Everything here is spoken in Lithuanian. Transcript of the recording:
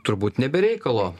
turbūt ne be reikalo